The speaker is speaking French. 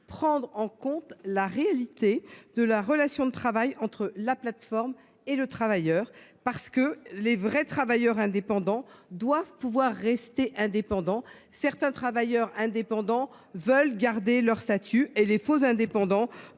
prendre en compte la réalité de la relation de travail entre la plateforme et le travailleur, car les vrais travailleurs indépendants doivent pouvoir rester indépendants – certains d’entre eux veulent garder leur statut – et les faux indépendants